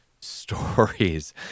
stories